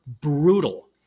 brutal